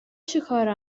چیکاره